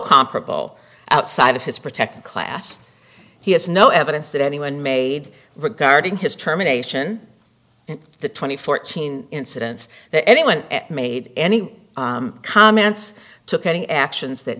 comparable outside of his protected class he has no evidence that anyone made regarding his terminations in the twenty fourteen incidents that anyone made any comments took any actions that